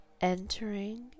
entering